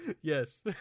Yes